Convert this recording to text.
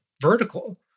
vertical